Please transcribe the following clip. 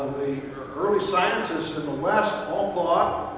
the early scientists in the west all thought